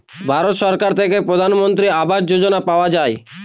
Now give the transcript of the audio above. ভারত সরকার থেকে প্রধানমন্ত্রী আবাস যোজনা পাওয়া যায়